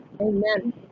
Amen